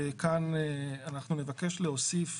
כאן אנחנו נבקש להוסיף